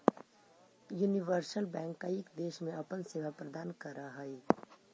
universal bank कईक देश में अपन सेवा प्रदान करऽ हइ